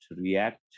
react